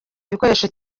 ibikoresho